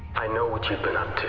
i know what you've been up to.